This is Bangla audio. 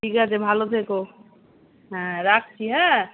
ঠিক আছে ভালো থেকো হ্যাঁ রাখছি হ্যাঁ